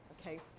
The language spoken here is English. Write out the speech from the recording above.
Okay